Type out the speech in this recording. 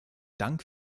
dank